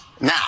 Now